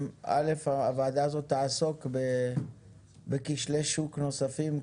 הוועדה הזו תעסוק בכשלי שוק נוספים,